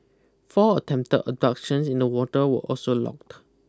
four attempt abductions in the water were also logged